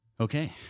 Okay